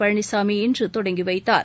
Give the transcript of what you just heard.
பழனிசாமி இன்று தொடங்கி வைத்தார்